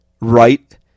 right